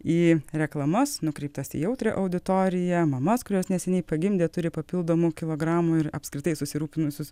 į reklamas nukreiptas į jautrią auditoriją mamas kurios neseniai pagimdė turi papildomų kilogramų ir apskritai susirūpinusius